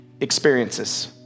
experiences